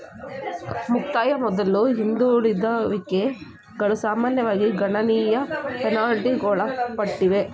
ಮುಕ್ತಾಯ ಮೊದ್ಲು ಹಿಂದೆಗೆದುಕೊಳ್ಳುವಿಕೆಗಳು ಸಾಮಾನ್ಯವಾಗಿ ಗಣನೀಯ ಪೆನಾಲ್ಟಿ ಒಳಪಟ್ಟಿವೆ